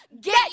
get